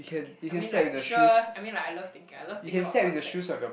I mean like sure I mean like I love thinking I love thinking about concepts